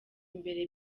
imbere